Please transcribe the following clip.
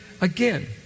again